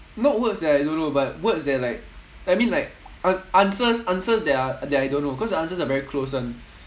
not words that I don't know but words that like I mean like ans~ answers answers that are that I don't know cause the answers are very close [one]